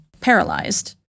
paralyzed